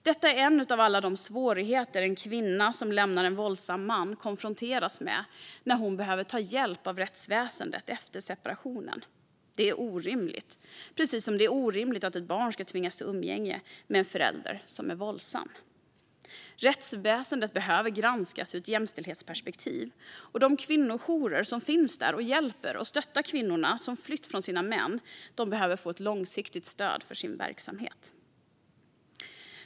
Detta är en av alla de svårigheter en kvinna som lämnar en våldsam man konfronteras med när hon behöver ta hjälp av rättsväsendet efter separationen. Det är orimligt, precis som det är orimligt att ett barn ska tvingas till umgänge med en förälder som är våldsam. Rättsväsendet behöver granskas ur ett jämställdhetsperspektiv. De kvinnojourer som finns där och hjälper och stöttar kvinnorna som flytt från sina män behöver få ett långsiktigt stöd för sin verksamhet.